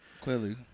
Clearly